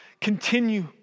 Continue